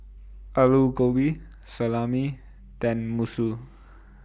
Alu Gobi Salami Tenmusu